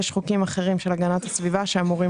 יש חוקים אחרים של הגנת הסביבה שאמורים